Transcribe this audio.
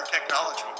technology